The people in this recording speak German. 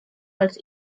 als